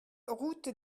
route